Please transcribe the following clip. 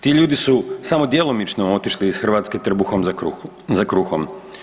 Ti ljudi su samo djelomično otišli iz Hrvatske trbuhom za kruhom.